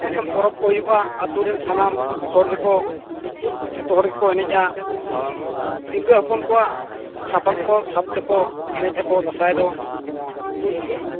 ᱚᱱᱠᱟᱱ ᱯᱚᱝᱨᱚᱵᱽ ᱠᱚ ᱦᱩᱭᱩᱜᱼᱟ ᱟᱹᱛᱩ ᱨᱮᱱ ᱥᱟᱱᱟᱢ ᱦᱚᱲ ᱜᱮᱠᱚ ᱡᱚᱛᱚ ᱦᱚᱲ ᱜᱮᱠᱚ ᱮᱱᱮᱡᱼᱟ ᱛᱤᱨᱞᱟᱹ ᱦᱚᱯᱚᱱ ᱠᱚᱣᱟᱜ ᱥᱟᱯᱟᱵᱽ ᱠᱚ ᱥᱟᱯᱛᱮᱠᱚ ᱮᱱᱮᱡ ᱟᱠᱚ ᱫᱟᱸᱥᱟᱭ ᱫᱚ ᱵᱩᱡ ᱠᱮᱫᱟᱢ